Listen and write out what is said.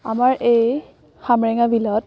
আমাৰ এই সামৰেঙা বিলত